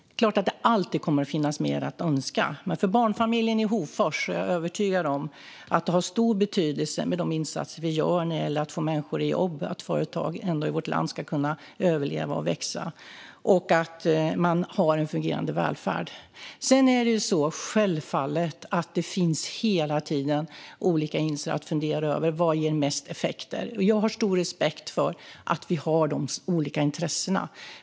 Det är klart att det alltid kommer att finnas mer att önska, men jag är övertygad om att de insatser vi gör för att få människor i jobb och för att företag i vårt land ska kunna överleva och växa har stor betydelse för barnfamiljen i Hofors. Detsamma gäller att det finns en fungerande välfärd. Sedan finns det självfallet hela tiden olika insatser att fundera över. Vad ger mest effekt? Jag har stor respekt för att vi har olika intressen där.